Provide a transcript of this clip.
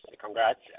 Congrats